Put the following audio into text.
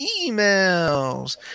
emails